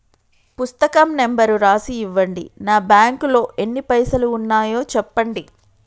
పుస్తకం నెంబరు రాసి ఇవ్వండి? నా బ్యాంకు లో ఎన్ని పైసలు ఉన్నాయో చెప్పండి?